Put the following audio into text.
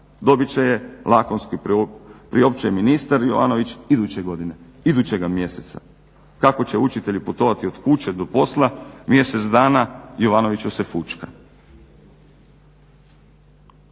Dobiti će je lakonski priopćuje ministar Jovanović iduće godine, idućega mjeseca. Kako će učitelji putovati od kuće do posla mjesec dana Jovanoviću se fućka.